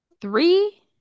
three